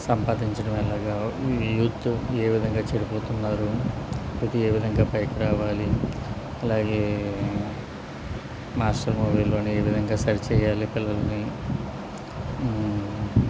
సంపాదించడం ఎలాగా యూత్ ఏ విధంగా చెడిపోతున్నారు ప్రతి ఏ విధంగా పైకి రావాలి అలాగే మాస్టర్ మూవిలోని ఏ విధంగా సరి చేయాలి పిల్లల్ని